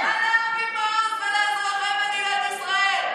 שבחברה הישראלית.